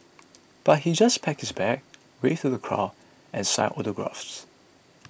but he just packed his bag waved to the crowd and signed autographs